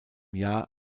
jahr